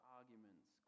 arguments